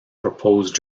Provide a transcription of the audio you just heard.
proposed